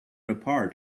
apart